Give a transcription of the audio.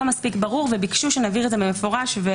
מספיק ברור וביקשו שנבהיר את זה במפורש.